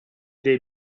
dei